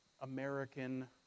American